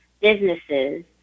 businesses